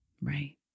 right